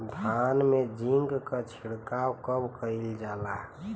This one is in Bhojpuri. धान में जिंक क छिड़काव कब कइल जाला?